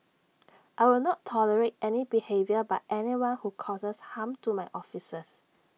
I will not tolerate any behaviour by anyone who causes harm to my officers